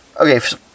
Okay